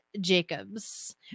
Jacobs